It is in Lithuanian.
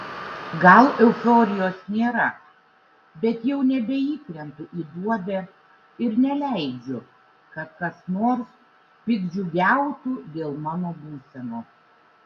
gal euforijos nėra bet jau nebeįkrentu į duobę ir neleidžiu kad kas nors piktdžiugiautų dėl mano būsenos